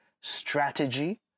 Strategy